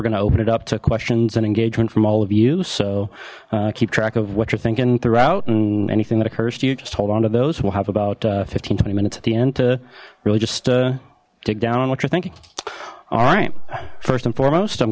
gonna open it up to questions and engagement from all of you so keep track of what you're thinking throughout and anything that occurs to you just hold on to those we'll have about fifteen twenty minutes at the end to really just dig down on what you're thinking all right first and foremost i'm